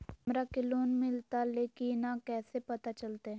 हमरा के लोन मिलता ले की न कैसे पता चलते?